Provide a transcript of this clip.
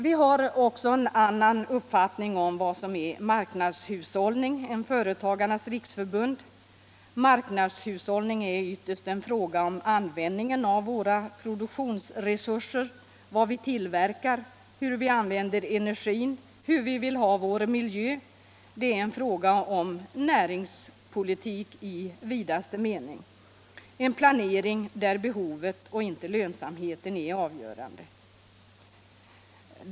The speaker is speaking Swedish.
Vi har inom vpk också en annan uppfattning om vad som är marknadshushållning än Företagarnas riksförbund. Marknadshushållning är ytterst en fråga om användningen av våra produktionsresurser, vad vi tillverkar, hur vi använder energin, hur vi vill ha vår miljö. Det är en fråga om näringspolitik i vidaste mening — en planering där behovet och inte lönsamheten är avgörande.